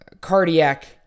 cardiac